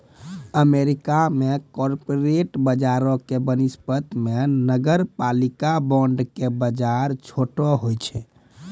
America मे corporate बजारो के वनिस्पत मे नगरपालिका बांड के बजार छोटो होय छै